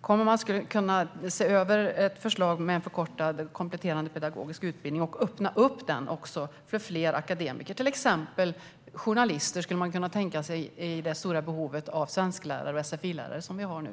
Kommer man att se över ett förslag om en förkortad kompletterande pedagogisk utbildning och öppna den för fler akademiker? Man skulle till exempel kunna tänka sig journalister när det gäller det stora behov av svensklärare och sfi-lärare som vi nu har.